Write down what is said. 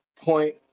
Point